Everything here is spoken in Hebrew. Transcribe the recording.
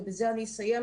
ובזה אסיים,